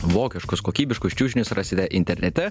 vokiškus kokybiškus čiužinius rasite internete